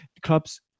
Clubs